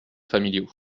familiaux